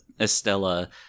Estella